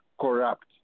corrupt